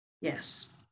Yes